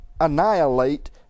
annihilate